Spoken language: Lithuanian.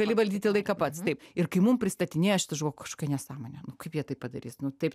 gali valdyti laiką pats taip ir kai mum pristatinėjo šitą aš galvojau kažkokia nesąmonė nu kaip jie tai padarys nu taip